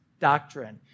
doctrine